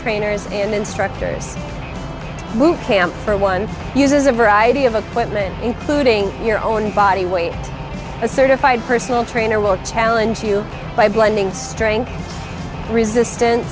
trainers and instructors who camp for one uses a variety of appointment including your own body weight a certified personal trainer will challenge you by blending strength resistance